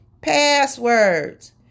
passwords